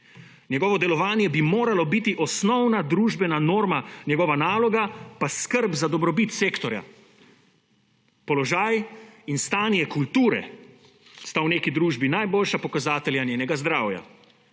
Njegovo delovanje bi moralo biti osnovna družbena norma, njegova naloga pa skrb za dobrobit sektorja. Položaj in stanje kulture sta v neki družbi najboljša pokazatelja njenega zdravja.«